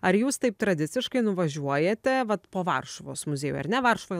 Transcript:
ar jūs taip tradiciškai nuvažiuojate vat po varšuvos muziejų ar ne varšuvoj